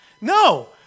No